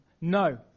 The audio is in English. no